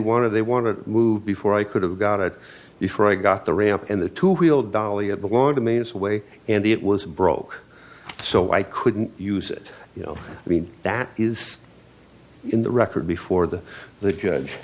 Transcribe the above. to they want to move before i could have got it before i got the ramp and the two wheel dolly it belonged to maine sway and it was broke so i couldn't use it you know i mean that is in the record before the the judge